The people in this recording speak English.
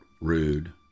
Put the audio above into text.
rude